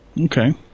Okay